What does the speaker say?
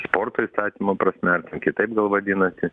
sporto įstatymo prasme kitaip gal vadinasi